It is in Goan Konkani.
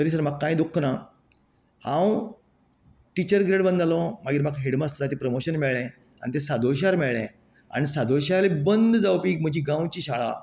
तरी सुद्दां म्हाका कांयच दुख्ख ना हांव टिचर ग्रेड वन जालो मागीर हेडमास्टरांचे प्रोमोशन मेळ्ळें आनी ते सादोळश्यार मेळ्ळेें आनी ते सादेळश्यार बंद जावपी म्हजी गांवची शाळा